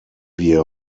wir